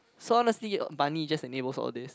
so honestly uh bunny just enables all this